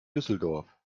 düsseldorf